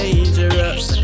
Dangerous